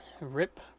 Rip